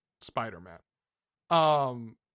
Spider-Man